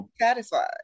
satisfied